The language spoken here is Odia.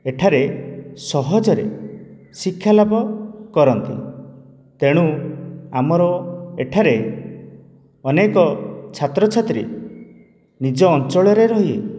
ଏଠାରେ ସହଜରେ ଶିକ୍ଷାଲାଭ କରନ୍ତି ତେଣୁ ଆମର ଏଠାରେ ଅନେକ ଛାତ୍ରଛାତ୍ରୀ ନିଜ ଅଞ୍ଚଳରେ ରହି